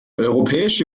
europäische